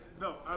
No